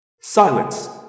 Silence